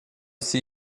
see